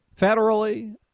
federally